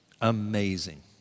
Amazing